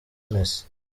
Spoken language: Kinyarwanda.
messi